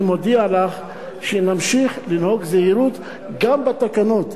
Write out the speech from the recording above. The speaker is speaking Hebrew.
אני מודיע לך שנמשיך לנהוג זהירות גם בתקנות,